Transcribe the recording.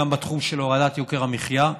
גם בתחום של הורדת יוקר המחיה.